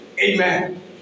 Amen